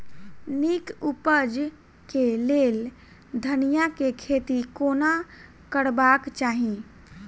नीक उपज केँ लेल धनिया केँ खेती कोना करबाक चाहि?